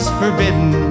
forbidden